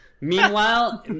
Meanwhile